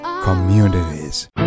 Communities